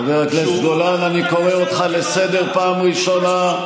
חבר הכנסת גולן, אני קורא אותך לסדר פעם ראשונה.